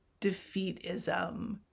defeatism